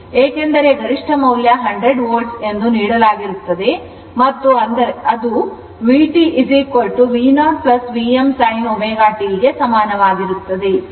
ಏಕೆಂದರೆ ಗರಿಷ್ಠ ಮೌಲ್ಯ 100 volt ನೀಡಲಾಗಿರುತ್ತದೆ ಮತ್ತು ಅದು ಅಂದರೆ vt V0 Vm sin ω t ಗೆ ಸಮಾನವಾಗಿರುತ್ತದೆ